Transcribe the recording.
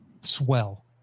swell